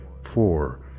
Four